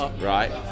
right